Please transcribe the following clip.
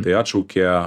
tai atšaukė